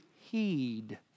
heed